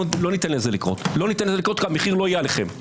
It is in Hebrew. לא ניתן לזה לקרות כי המחיר לא יהיה עליהם.